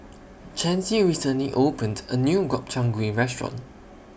Chancey recently opened A New Gobchang Gui Restaurant